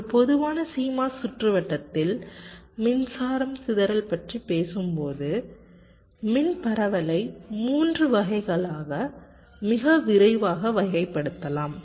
ஒரு பொதுவான CMOS சுற்றுவட்டத்தில் மின்சாரம் சிதறல் பற்றிப் பேசும்போது மின் பரவலை 3 வகைகளாக மிக விரிவாக வகைப்படுத்தலாம்